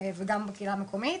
וגם בקהילה המקומית.